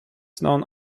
known